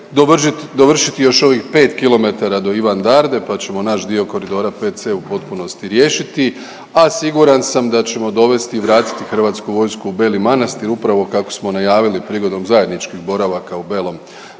dovršiti još ovih 5 km do Ivandarde, pa ćemo naš dio koridora 5C u potpunosti riješiti, a siguran sam da ćemo dovesti i vratiti HV u Beli Manastir upravo kako smo najavili prigodom zajedničkih boravaka u Belom